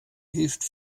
hilft